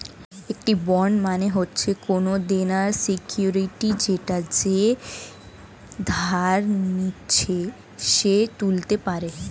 একটি বন্ড মানে হচ্ছে কোনো দেনার সিকিউরিটি যেটা যে ধার নিচ্ছে সে তুলতে পারে